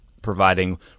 providing